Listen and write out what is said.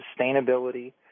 sustainability